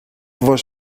was